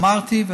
אמרתי,